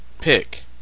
pick